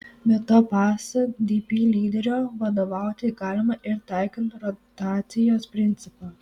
be to pasak dp lyderio vadovauti galima ir taikant rotacijos principą